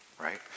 right